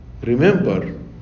remember